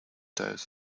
days